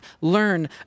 learn